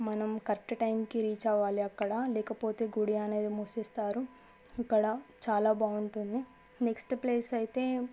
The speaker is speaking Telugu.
మనం కరెక్టు టైమ్కి రీచ్ అవ్వాలి అక్కడ లేకపోతే గుడి అనేది మూసేస్తారు అక్కడ చాలా బాగుంటుంది నెక్స్ట్ ప్లేస్ అయితే